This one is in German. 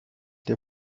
der